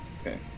okay